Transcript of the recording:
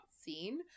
seen